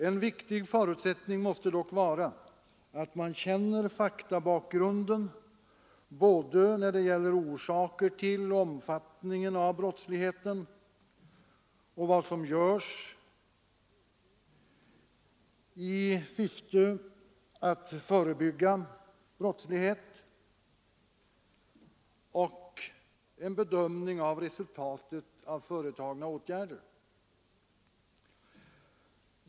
En viktig förutsättning måste dock vara att man känner faktabakgrunden både när det gäller orsaker till och omfattningen av brottsligheten och när det gäller åtgärder i brottsförebyggande syfte och bedömningen av resultatet av sådana åtgärder.